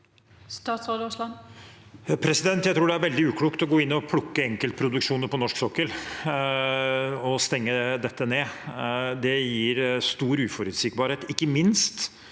Statsråd Terje Aasland Jeg tror det er veldig uklokt å gå inn og plukke enkeltproduksjoner på norsk sokkel og stenge dette ned. Det gir stor uforutsigbarhet, ikke minst